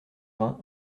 vingt